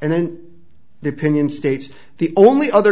and then the opinion states the only other